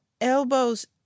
Elbows